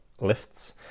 lifts